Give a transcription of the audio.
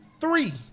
three